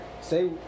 say